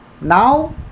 now